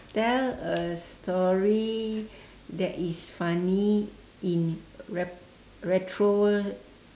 tell a story that is funny in re~ retro~